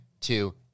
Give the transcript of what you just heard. two